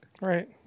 Right